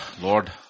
Lord